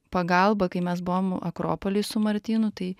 pagalba kai mes buvom akropoly su martynu tai